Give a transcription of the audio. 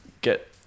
get